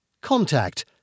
Contact